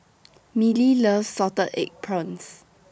Mellie loves Salted Egg Prawns